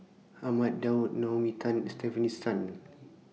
Ahmad Daud Naomi Tan and Stefanie Sun